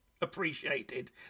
appreciated